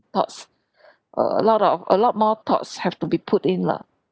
thoughts a lot of a lot more thoughts have to be put in lah